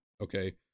Okay